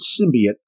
symbiote